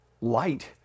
light